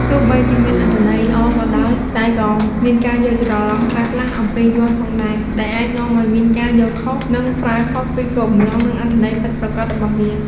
ទោះបីជាមានអត្ថន័យល្អក៏ដោយ តែក៏មានការយល់ច្រឡំខ្លះៗអំពីយ័ន្តផងដែរ ដែលអាចនាំឱ្យមានការយល់ខុស និងប្រើខុសពីគោលបំណង និងអត្ថន័យពិតប្រាកដរបស់វា។